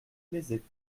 plaisaient